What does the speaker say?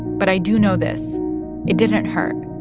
but i do know this it didn't hurt,